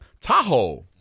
Tahoe